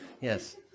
yes